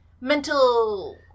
mental